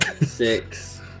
six